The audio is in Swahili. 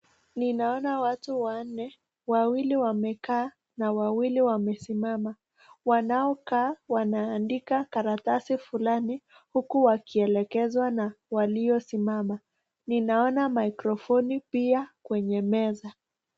Ninaona watu wanne, wawili wamekaa na wawili wamesimama. Wanao kaa wanaandika karatasi fulani huku wakielekezwa na waliosimama. Ninaona microphone pia kwenye meza.